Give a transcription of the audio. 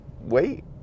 wait